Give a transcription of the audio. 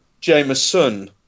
Jameson